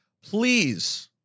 please